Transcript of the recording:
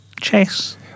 chess